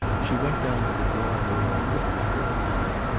she went down to the drawing-room a little before nine,